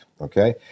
Okay